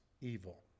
evil